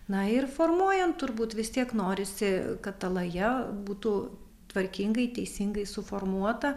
na ir formuojant turbūt vis tiek norisi kad ta laja būtų tvarkingai teisingai suformuota